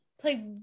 play